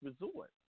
Resort